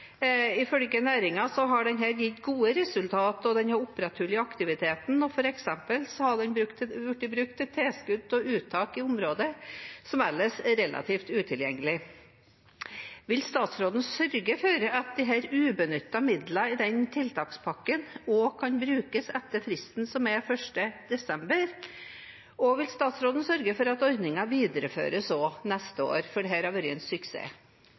har denne gitt gode resultater. Den har opprettholdt aktiviteten, og den har f.eks. blitt brukt til tilskudd til uttak i områder som ellers er relativt utilgjengelige. Vil statsråden sørge for at de ubenyttede midlene i den tiltakspakken kan brukes etter fristen, som er 1. desember, og vil statsråden sørge for at ordningen videreføres også neste år? For dette har vært en suksess.